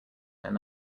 their